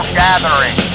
gathering